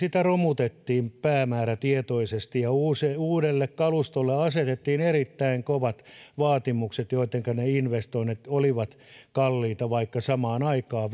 romutettiin päämäärätietoisesti ja uudelle kalustolle asetettiin erittäin kovat vaatimukset jotenka ne investoinnit olivat kalliita vaikka samaan aikaan